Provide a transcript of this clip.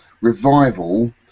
Revival